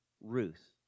Ruth